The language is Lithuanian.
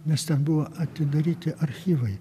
nes ten buvo atidaryti archyvai